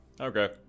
Okay